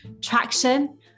traction